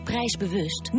Prijsbewust